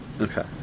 Okay